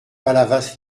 palavas